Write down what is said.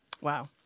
Wow